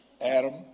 Adam